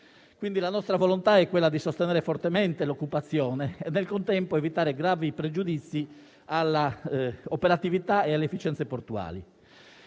La nostra volontà è dunque quella di sostenere fortemente l'occupazione al contempo di evitare gravi pregiudizi all'operatività e all'efficienza portuali.